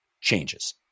changes